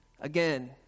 again